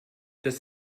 dass